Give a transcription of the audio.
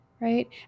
Right